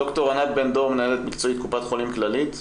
ד"ר ענת בן דור, מנהלת מקצועית, קופת חולים כללית.